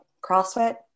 CrossFit